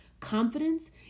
Confidence